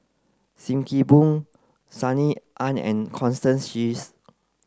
Sim Kee Boon Sunny Ang and Constance Sheares